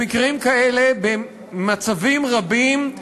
במקרים כאלה, במצבים רבים,